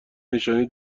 نشانی